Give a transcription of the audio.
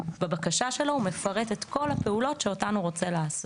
בבקשה שלו הוא מפרט את כל הפעולות שאותן הוא רוצה לעשות.